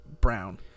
Brown